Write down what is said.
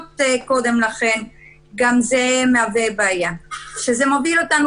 זאת אומרת,